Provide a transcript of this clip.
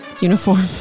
uniform